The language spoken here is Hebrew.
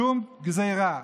שום גזרה,